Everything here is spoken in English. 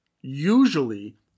Usually